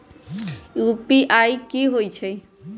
UPI की होई?